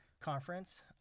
Conference